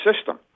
system